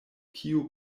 kiu